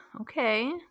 Okay